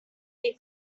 been